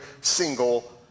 single